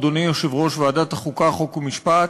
אדוני יושב-ראש ועדת החוקה, חוק ומשפט,